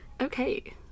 Okay